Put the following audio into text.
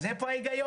אז איפה ההיגיון?